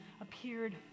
appeared